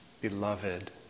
Beloved